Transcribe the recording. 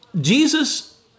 Jesus